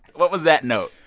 what was that note?